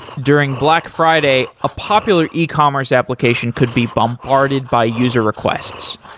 during black friday, a popular ecommerce application could be bombarded by user requests.